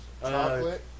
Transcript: chocolate